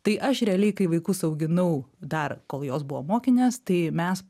tai aš realiai kai vaikus auginau dar kol jos buvo mokinės tai mes